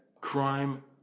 crime